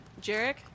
Jarek